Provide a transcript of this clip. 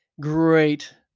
Great